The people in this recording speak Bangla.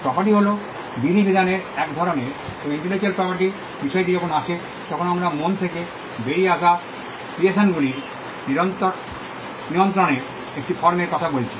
প্রপার্টি হল বিধিবিধানের একধরনের এবং ইন্টেলেকচুয়াল প্রপার্টি র বিষয়টি যখন আসে তখন আমরা মন থেকে বেরিয়ে আসা ক্রিয়েশনগুলির নিয়ন্ত্রনের একটি ফর্মের কথা বলছি